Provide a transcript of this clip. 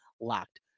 LOCKED